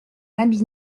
habit